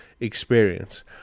experience